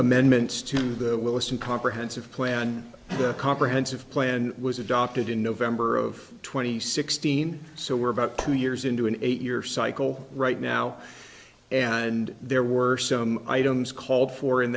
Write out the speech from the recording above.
amendments to the list and comprehensive plan and the comprehensive plan was adopted in november of twenty sixteen so we're about two years into an eight year cycle right now and there were some items called for in